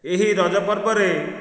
ଏହି ରଜ ପର୍ବରେ